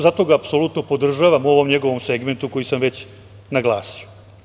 Zato ga apsolutno podržavam u ovom njegovom segmentu koji sam već naglasio.